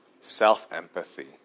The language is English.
self-empathy